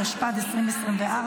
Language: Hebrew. התשפ"ד 2024,